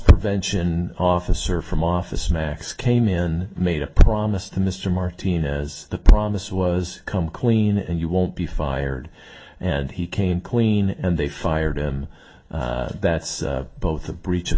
prevention officer from office max came in i made a promise to mr martinez the promise was come clean and you won't be fired and he came clean and they fired him that's both a breach of a